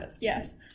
yes